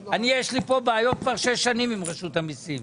אני, יש לי פה בעיות כבר שש שנים עם רשות המסים.